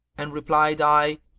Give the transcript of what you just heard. and replied i,